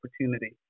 opportunity